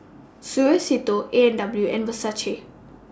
Suavecito A and W and Versace